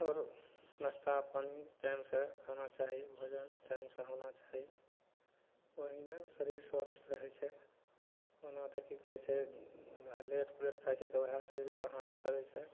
आओरो नस्ता पानि टाइमसँ खाना चाही भोजन टाइमसँ होना चाही ओहीमे शरीर स्वस्थ रहय छै ओना तऽ की कहय छै लेट फेट खाइ छै तऽ उएह शरीर पर हानि करय छै